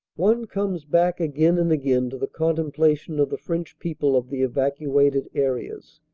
one comes back again and again to the contemplation of the french people of the evacuated areas.